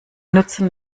nutzen